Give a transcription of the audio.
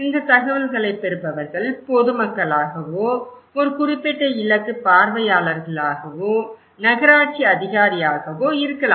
இந்த தகவல்களைப் பெறுபவர்கள் பொது மக்களாகவோ ஒரு குறிப்பிட்ட இலக்கு பார்வையாளர்களாகவோ நகராட்சி அதிகாரியாகவோ இருக்கலாம்